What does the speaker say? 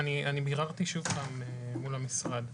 ביררתי שוב מול המשרד.